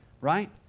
right